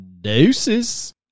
Deuces